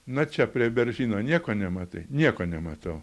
na čia prie beržyno nieko nematai nieko nematau